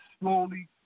slowly